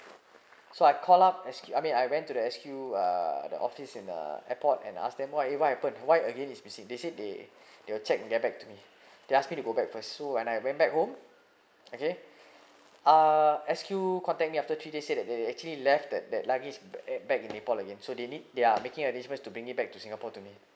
so I called up S_Q I mean I went to the S_Q uh the office in the airport and ask them why eh what happen why again is missing they said they they will check and get back to me they asked me to go back first so when I went back home okay uh S_Q contact me after three days said that they actually left that that luggage back in airport again so they need they're making arrangement to bring it back to singapore to me